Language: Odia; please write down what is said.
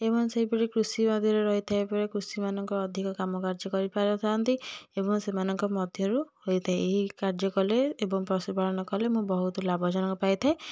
ଏବଂ ସେହିପରି କୃଷି ମଧ୍ୟରେ ରହିଥାଇପରେ କୃଷିମାନଙ୍କୁ ଅଧିକ କାମକାର୍ଯ୍ୟ କରିପାରୁଥାଆନ୍ତି ଏବଂ ସେମାନଙ୍କ ମଧ୍ୟରୁ ହୋଇଥାଏ ଏବଂ ଏହି କାର୍ଯ୍ୟକଲେ ପଶୁପାଳନ କଲେ ମୁଁ ବହୁତ ଲାଭଜନକ ପାଇଥାଏ